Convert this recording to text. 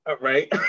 Right